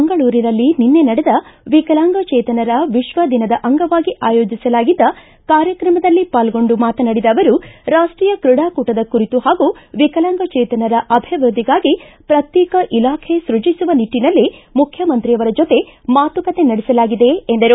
ಮಂಗಳೂರಿನಲ್ಲಿ ನಿನ್ನೆ ನಡೆದ ವಿಕಲಾಂಗಚೇತನರ ವಿಕ್ವ ದಿನದ ಅಂಗವಾಗಿ ಆಯೋಜಿಸಲಾಗಿದ್ದ ಕಾರ್ಯಕ್ರಮದಲ್ಲಿ ಪಾಲ್ಗೊಂಡು ಮಾತನಾಡಿದ ಅವರು ರಾಷ್ಟೀಯ ಕ್ರೀಡಾಕೂಟದ ಕುರಿತು ಹಾಗೂ ವಿಕಲಾಂಗಚೇತನರ ಅಭಿವೃದ್ಧಿಗಾಗಿ ಪ್ರತ್ಯೇಕ ಇಲಾಖೆ ಸ್ಕಜಿಸುವ ನಿಟ್ಟನಲ್ಲಿ ಮುಖ್ಯಮಂತ್ರಿಯವರ ಜೊತೆ ಮಾತುಕತೆ ನಡೆಸಲಾಗಿದೆ ಎಂದರು